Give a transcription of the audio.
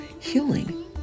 healing